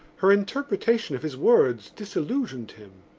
her interpretation of his words disillusioned him.